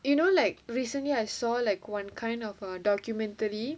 you know like recently I saw like one kind of a uh documentary